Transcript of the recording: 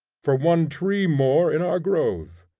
for one tree more in our grove.